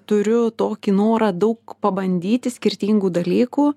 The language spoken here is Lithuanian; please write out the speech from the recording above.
turiu tokį norą daug pabandyti skirtingų dalykų